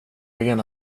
egen